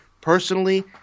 personally